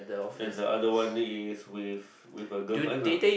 and the other one is with with her girlfriend lah